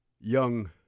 young